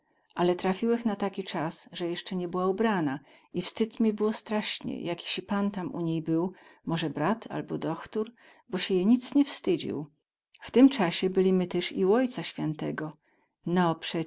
ale trafiłech na taki cas że jesce nie była ubrana i wstyd mie było straśnie jakisi pan tam u nie był moze brat abo dochtór bo sie je nic nie wstydził w tym casie byli my tyz u ojca świętego no